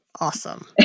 Awesome